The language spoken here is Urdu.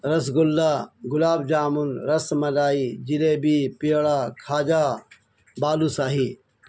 رس گلہ گلاب جامن رس ملائی جلیبی پیڑا کھاجا بالو شاہی